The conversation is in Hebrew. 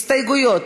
הסתייגויות.